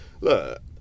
look